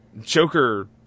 joker